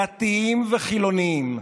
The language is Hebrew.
דתיים וחילוניים,